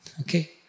Okay